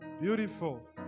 Beautiful